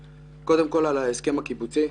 קודם כל, לגבי ההסכם הקיבוצי,